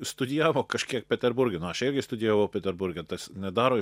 studijavo kažkiek peterburgenu aš irgi studijavau peterburge tas nedaro